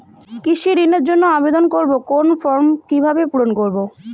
কৃষি ঋণের জন্য আবেদন করব কোন ফর্ম কিভাবে পূরণ করব?